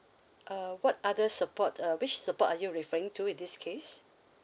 uh what other support uh which support are you referring to in this case